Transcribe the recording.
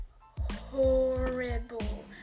horrible